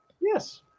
Yes